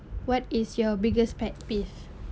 what is your biggest pet peeve